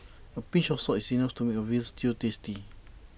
A pinch of salt is enough to make A Veal Stew tasty